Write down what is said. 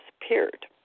disappeared